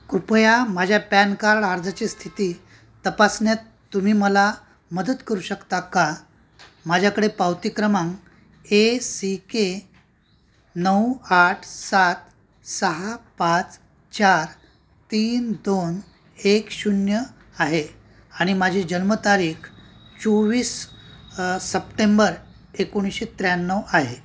कृपया माझ्या PAN card अर्जाची स्थिती तपासण्यात तुम्ही मला मदत करू शकता का माझ्याकडे पावती क्रमांक ए सी के नऊ आठ सात सहा पाच चार तीन दोन एक शून्य आहे आणि माझी जन्मतारीख चोवीस सप्टेंबर एकोणीण्याशे त्र्याण्णव आहे